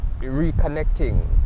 reconnecting